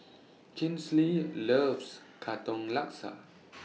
Kinsley loves Katong Laksa